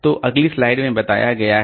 तो अगली स्लाइड में बताया गया है